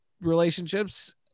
relationships